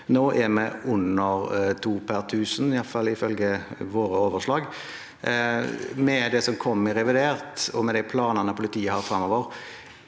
Nå er vi under 2 per 1 000, iallfall ifølge våre overslag. Med det som kommer i revidert, og med de planene politiet har framover,